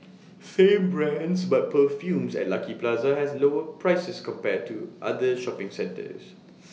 same brands but perfumes at Lucky Plaza has lower prices compared to other shopping centres